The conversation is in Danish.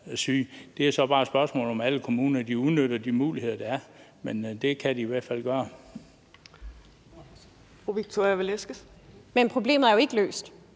Det er så bare et spørgsmål om, at alle kommuner udnytter de muligheder, der er, men det kan de i hvert fald gøre. Kl. 15:12 Fjerde